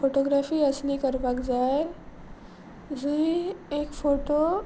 photography अससली करपाक जाय जंय एक फोटो